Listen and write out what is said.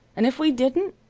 and if we didn't,